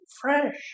fresh